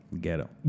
Ghetto